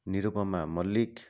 Nirupama Mallick